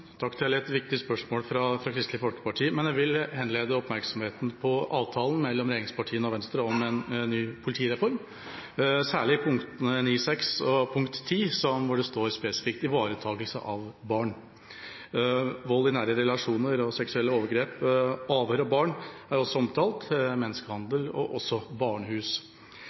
Kristelig Folkeparti. Men jeg vil henlede oppmerksomheten på avtalen mellom regjeringspartiene og Venstre om en ny politireform, særlig punktene 9.6 og 10, hvor det står spesifikt om ivaretakelse av barn, vold i nære relasjoner og seksuelle overgrep, avhør av barn er også omtalt, menneskehandel og også barnehus.